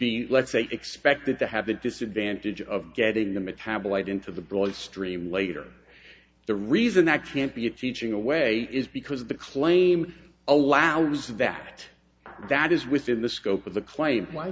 be let's say expected to have a disadvantage of getting the metabolite into the bloodstream later the reason that can't be a teaching away is because the claim allows vast that is within the scope of the claim why